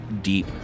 deep